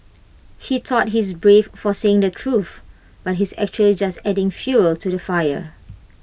he thought he's brave for saying the truth but he's actually just adding fuel to the fire